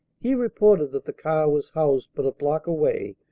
he reported that the car was housed but a block away,